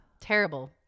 terrible